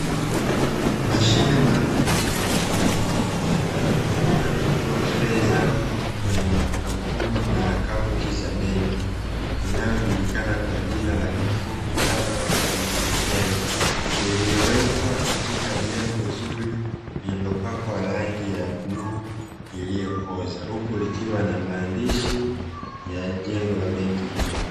mashine maalumu inayotumika kutoa fedha kwenye makampuni na akaunti za benki, inayojulikana kwa jina la kifupi kama 'ATM' iliyowekwa katika jengo zuri lililopakwa rangi ya bluu iliyokoza, huku likiwa na maandishi ya jengo la benki hiyo.